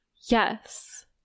Yes